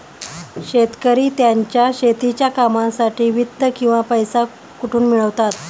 शेतकरी त्यांच्या शेतीच्या कामांसाठी वित्त किंवा पैसा कुठून मिळवतात?